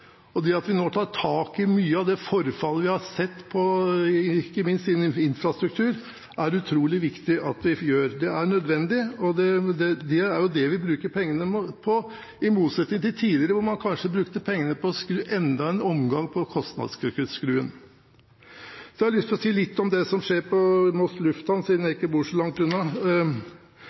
Det at vi nå tar tak i mye av det forfallet vi har sett når det gjelder ikke minst infrastruktur, er utrolig viktig. Det er nødvendig, og det er jo det vi bruker pengene på, i motsetning til tidligere, da man kanskje brukte pengene på å skru enda en omgang på kostnadskuttskruen. Så har jeg lyst til å si litt om det som skjer på Moss lufthavn, siden jeg ikke bor så langt unna.